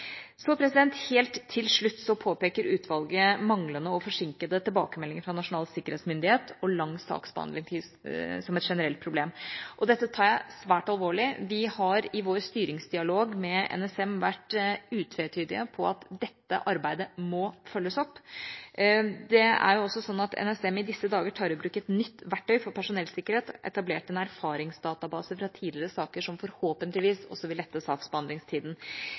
helt til slutt: Utvalget påpeker manglende og forsinkede tilbakemeldinger fra Nasjonal sikkerhetsmyndighet og lang saksbehandlingstid som et generelt problem. Dette tar jeg svært alvorlig. Vi har i vår styringsdialog med NSM vært utvetydige på at dette arbeidet må følges opp. Det er også slik at NSM i disse dager tar i bruk et nytt verktøy for personellsikkerhet. Det er etablert en erfaringsdatabase fra tidligere saker, som forhåpentligvis også vil lette